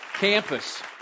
campus